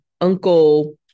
uncle